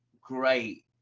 great